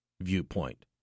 viewpoint